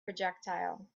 projectile